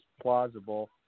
plausible